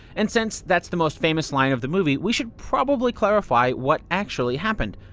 and since that's the most famous line of the movie, we should probably clarify what actually happened.